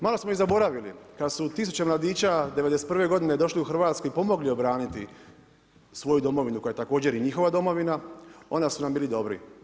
Malo smo i zaboravili, kad su 1000 mladića '91. došli u Hrvatsku i pomogli obraniti svoju domovinu koja je također i njihova domovina, onda su nam bili dobri.